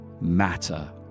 matter